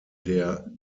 der